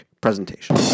presentation